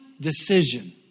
decision